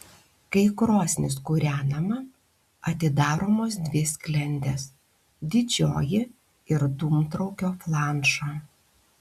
kai krosnis kūrenama atidaromos dvi sklendės didžioji ir dūmtraukio flanšo